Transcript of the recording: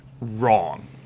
wrong